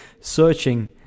searching